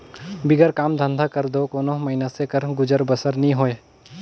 बिगर काम धंधा कर दो कोनो मइनसे कर गुजर बसर नी होए